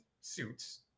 suits